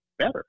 better